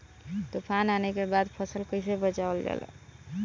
तुफान आने के बाद फसल कैसे बचावल जाला?